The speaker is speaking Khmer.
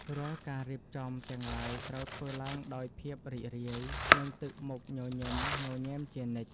រាល់ការរៀបចំទាំងឡាយត្រូវធ្វើឡើងដោយភាពរីករាយ និងទឹកមុខញញឹមញញែមជានិច្ច។